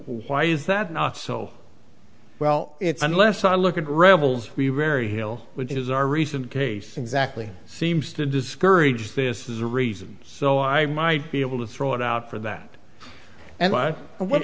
why is that not so well it's unless i look at rebels the rare hill which is our recent case exactly seems to discourage this is a reason so i might be able to throw it out for that and but what